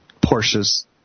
Porsche's